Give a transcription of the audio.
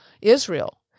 Israel